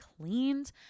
cleaned